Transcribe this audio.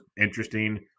interesting